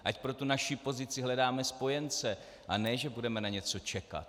Ať pro tu naši pozici hledáme spojence, a ne že budeme na něco čekat.